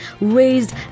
raised